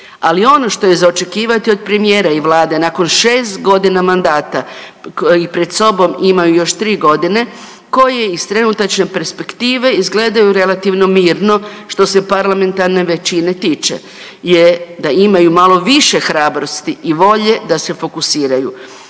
ali ono što je za očekivati od premijera i vlade nakon 6.g. mandata koji pred sobom imaju još 3.g. koji iz trenutačne perspektive izgledaju relativno mirno što se parlamentarne većine tiče je da imaju malo više hrabrosti i volje da se fokusiraju.